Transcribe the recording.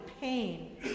pain